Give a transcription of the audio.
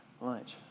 lunch